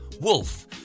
Wolf